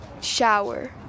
shower